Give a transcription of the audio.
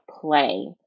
play